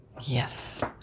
Yes